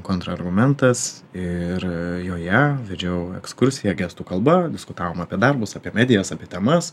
kontrargumentas ir joje vedžiau ekskursiją gestų kalba diskutavom apie darbus apie medijas apie temas